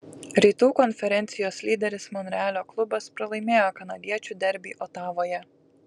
rytų konferencijos lyderis monrealio klubas pralaimėjo kanadiečių derbį otavoje